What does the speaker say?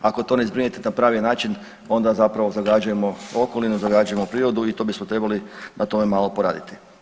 Ako to ne zbrinete na pravi način, onda zapravo zagađujemo okolinu, zagađujemo prirodu i tu bismo trebali na tome malo poraditi.